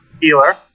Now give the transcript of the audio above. healer